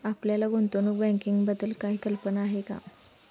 आपल्याला गुंतवणूक बँकिंगबद्दल काही कल्पना आहे का?